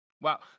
Wow